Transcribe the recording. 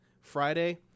Friday